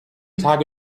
tage